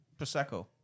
Prosecco